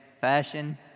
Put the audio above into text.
fashion